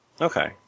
Okay